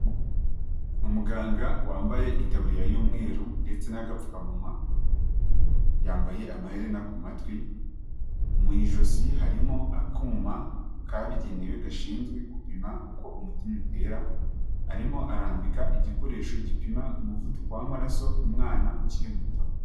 Umuganga wambaye itaburiya y'umweru ndetse n'agapfukamunwa, yambaye amaherena ku matwi, mu ijosi harimo akuma kabigenewe gashinzwe gupima uko umutima utera, arimo arambika igikoresho gipima umuvuduko w'amaraso umwana ukiri muto.